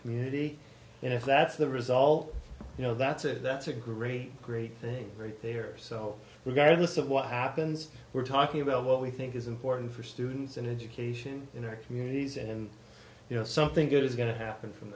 community and if that's the result you know that's it that's a great great thing right they are so regardless of what happens we're talking about what we think is important for students and education in our communities and you know something good is going to happen from